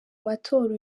matora